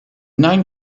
nine